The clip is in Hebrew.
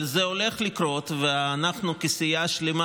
אבל זה הולך לקרות, ואנחנו כסיעה שלמה